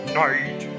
night